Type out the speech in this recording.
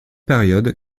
période